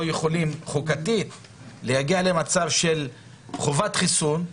יכולים חוקתית להגיע למצב של חובת חיסון,